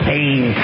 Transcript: Pain